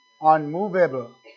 unmovable